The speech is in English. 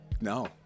no